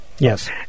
Yes